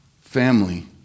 family